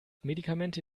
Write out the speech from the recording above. medikamente